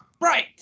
Right